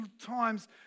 times